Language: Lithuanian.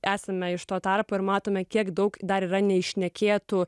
esame iš to tarpo ir matome kiek daug dar yra neiš šnekėtų